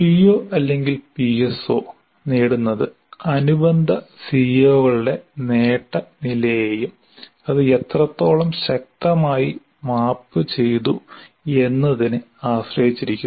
PO അല്ലെങ്കിൽ PSO നേടുന്നത് അനുബന്ധ സിഒകളുടെ നേട്ട നിലയെയും അത് എത്രത്തോളം ശക്തമായി മാപ്പുചെയ്തു എന്നതിനെ ആശ്രയിച്ചിരിക്കുന്നു